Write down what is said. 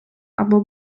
або